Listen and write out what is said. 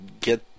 get